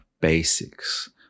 basics